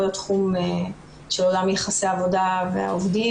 התחום של עולם יחסי העבודה והעובדים,